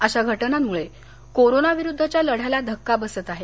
अशा घटनांमुळे कोरोनाविरुद्धच्या लढ्याला धक्का बसत आहे